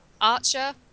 Archer